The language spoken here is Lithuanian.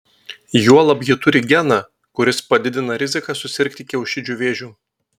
juolab ji turi geną kuris padidina riziką susirgti kiaušidžių vėžiu